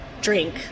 drink